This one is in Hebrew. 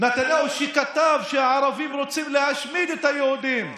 נתניהו שכתב שהערבים רוצים להשמיד את היהודים.